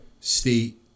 State